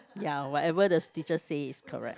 ya whatever the teacher say is correct